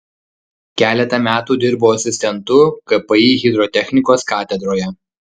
keletą metų dirbo asistentu kpi hidrotechnikos katedroje